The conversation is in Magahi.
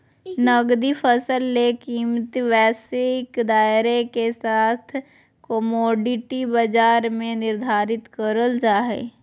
नकदी फसल ले कीमतवैश्विक दायरेके साथकमोडिटी बाजार में निर्धारित करल जा हइ